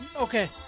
Okay